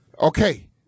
Okay